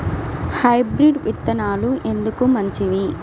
Hybrid విత్తనాలు ఎందుకు మంచివి?